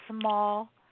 small